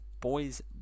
boys